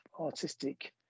artistic